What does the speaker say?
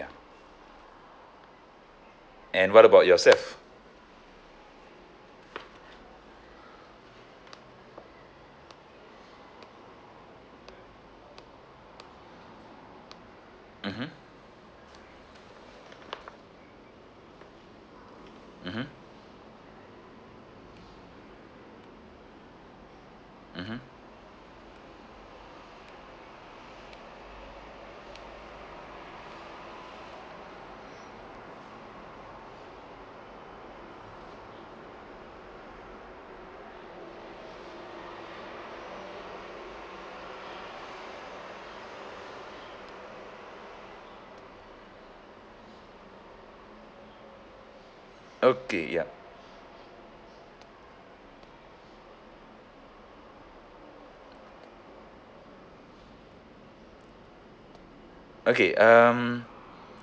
and what about yourself mmhmm mmhmm mmhmm okay ya okay um